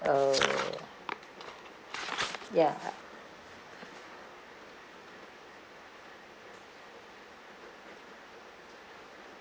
oh ya